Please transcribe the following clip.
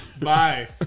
bye